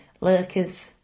Lurkers